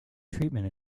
treatment